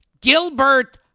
Gilbert